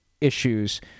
issues